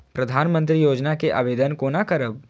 प्रधानमंत्री योजना के आवेदन कोना करब?